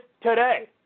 today